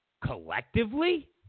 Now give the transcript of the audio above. collectively